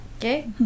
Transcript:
okay